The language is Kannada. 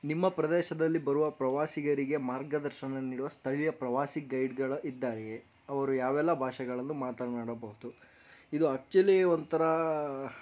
ನಿಮ್ಮ ಪ್ರದೇಶದಲ್ಲಿ ಬರುವ ಪ್ರವಾಸಿಗರಿಗೆ ಮಾರ್ಗದರ್ಶನ ನೀಡುವ ಸ್ಥಳೀಯ ಪ್ರವಾಸಿ ಗೈಡ್ಗಳು ಇದ್ದಾರೆಯೇ ಅವರು ಯಾವೆಲ್ಲ ಭಾಷೆಗಳನ್ನು ಮಾತನಾಡಬಹುದು ಇದು ಆಕ್ಚುಲಿ ಒಂಥರ